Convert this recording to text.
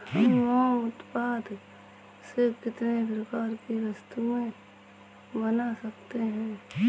हम मोम उत्पाद से कितने प्रकार की वस्तुएं बना सकते हैं?